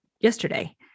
yesterday